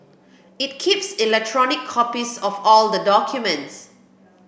it keeps electronic copies of all the documents